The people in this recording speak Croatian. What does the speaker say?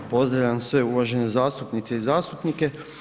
Pozdravljam sve uvažene zastupnice i zastupnike.